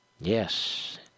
Yes